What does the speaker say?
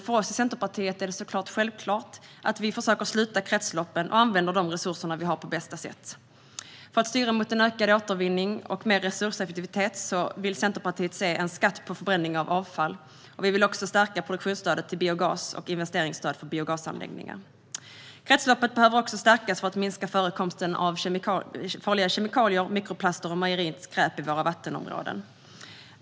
För Centerpartiet är det dock självklart att försöka sluta kretsloppen och använda de resurser vi har på bästa sätt. För att styra mot en ökad återvinning och mer resurseffektivitet vill Centerpartiet se en skatt på förbränning av avfall. Vi vill också stärka produktionsstödet till biogas och investeringsstödet till biogasanläggningar. Kretsloppet behöver också stärkas för att minska förekomsten av farliga kemikalier, mikroplaster och marint skräp i våra vattenområden.